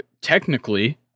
technically